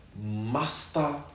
master